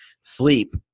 Sleep